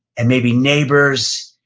and maybe neighbors,